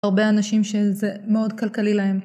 הרבה אנשים שזה מאוד כלכלי להם.